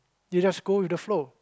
you just go with the flow